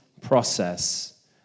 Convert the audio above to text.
process